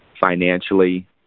financially